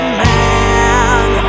man